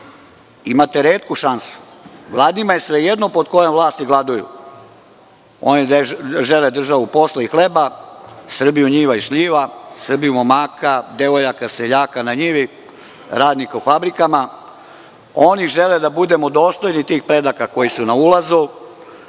Imate retku šansu. Mladima je svejedno pod kojom vlasti gladuju, oni žele državu, posla i hleba, Srbiju njiva i šljiva, Srbiju momaka, devojaka, seljaka na njivi, radnika u fabrikama. Oni žele da budemo dostojni tih predaka koji su na ulazu,